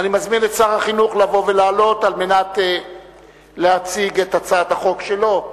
לבוא ולעלות להציג את הצעת החוק שלו,